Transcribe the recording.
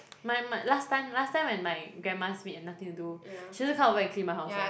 my my last time last time when my grandma's maid had nothing to do she also come over and clean my house [one]